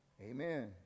Amen